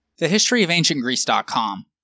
thehistoryofancientgreece.com